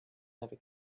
never